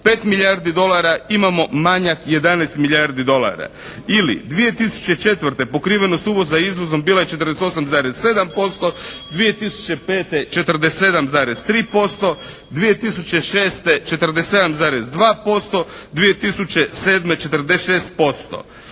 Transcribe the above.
5 milijardi dolara. Imamo manjak 11 milijardi dolara. Ili 2004. pokrivenost uvoza izvozom bila je 48,7%. 2005. 47,3%, 2006. 47,2%, 2007. 46%.